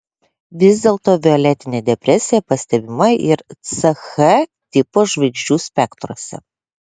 vis dėlto violetinė depresija pastebima ir ch tipo žvaigždžių spektruose